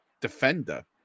defender